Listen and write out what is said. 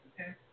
okay